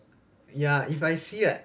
ya if I see like